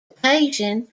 occasion